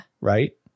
Right